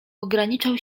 ograniczał